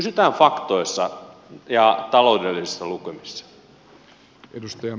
pysytään faktoissa ja taloudellisissa lukemissa